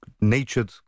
natured